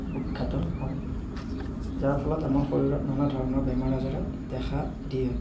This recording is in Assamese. উৎঘাটন হয় যাৰ ফলত আমাৰ শৰীৰত নানা ধৰণৰ বেমাৰ আজৰে দেখা দিয়ে